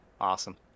Awesome